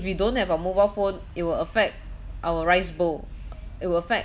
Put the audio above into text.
we don't have a mobile phone it will affect our rice bowl it will affect